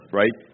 right